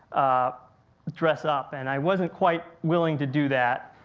ah dress up and i wasn't quite willing to do that.